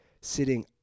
sitting